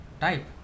type